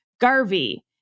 Garvey